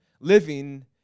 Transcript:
living